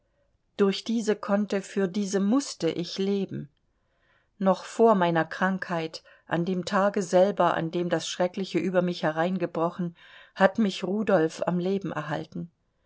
durch diese konnte für diese mußte ich leben noch vor meiner krankheit an dem tage selber an dem das schreckliche über mich hereingebrochen hat mich rudolf am leben erhalten